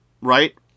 right